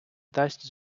дасть